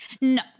No